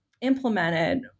implemented